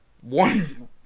one